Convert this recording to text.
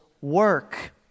work